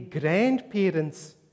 grandparents